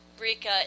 Rika